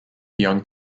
young